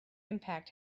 impact